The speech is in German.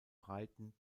breiten